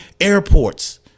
airports